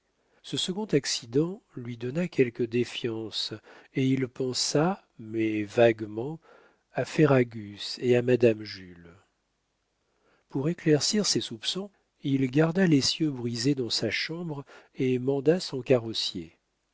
ce second accident lui donna quelque défiance et il pensa mais vaguement à ferragus et à madame jules pour éclaircir ses soupçons il garda l'essieu brisé dans sa chambre et manda son carrossier